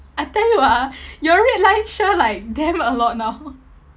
I tell you ah your red line sure like damn a lot now